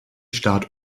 start